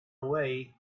away